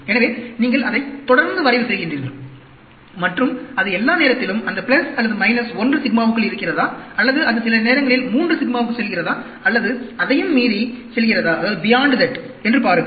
எனவே நீங்கள் அதைத் தொடர்ந்து வரைவு செய்கிறீர்கள் மற்றும் அது எல்லா நேரத்திலும் அந்த பிளஸ் அல்லது மைனஸ் 1 சிக்மாவுக்குள் இருக்கிறதா அல்லது அது சில நேரங்களில் 3 சிக்மாவுக்குச் செல்கிறதா அல்லது அதையும் மீறிச் செல்கிறதா என்று பாருங்கள்